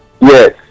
yes